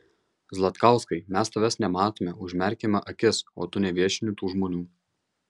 zlatkauskai mes tavęs nematome užmerkiame akis o tu neviešini tų žmonių